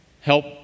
help